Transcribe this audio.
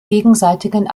gegenseitigen